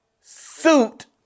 Suit